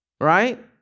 right